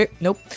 Nope